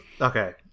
okay